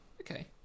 Okay